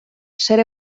ser